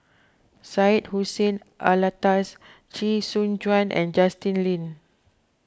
Syed Hussein Alatas Chee Soon Juan and Justin Lean